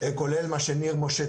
כולל מה שניר משה ציין: